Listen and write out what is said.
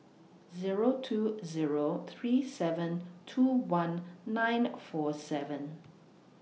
Zero two Zero three seven two one nine four seven